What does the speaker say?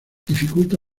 dificulta